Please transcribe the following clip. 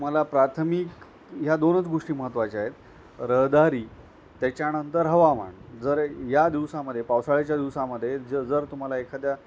मला प्राथमिक ह्या दोनच गोष्टी महत्त्वाच्याएत रहदारी त्याच्यानंतर हवामान जर या दिवसामध्ये पावसाळ्याच्या दिवसामध्ये ज जर तुम्हाला एखाद्या